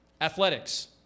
Athletics